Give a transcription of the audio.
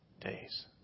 days